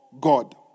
God